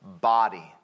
body